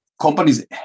companies